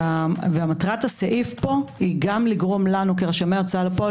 ומטרת הסעיף פה היא גם לגרום לנו כרשמי ההוצאה לפועל